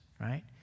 right